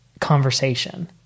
conversation